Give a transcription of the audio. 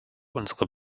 unsere